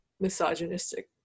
misogynistic